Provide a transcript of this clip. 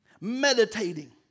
meditating